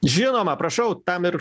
žinoma prašau tam ir